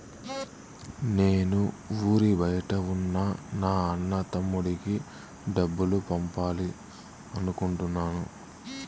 నేను ఊరి బయట ఉన్న నా అన్న, తమ్ముడికి డబ్బులు పంపాలి అనుకుంటున్నాను